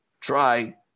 try